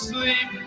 Sleep